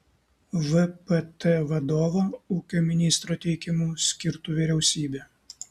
vpt vadovą ūkio ministro teikimu skirtų vyriausybė